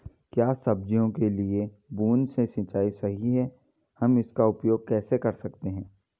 क्या सब्जियों के लिए बूँद से सिंचाई सही है हम इसका उपयोग कैसे कर सकते हैं?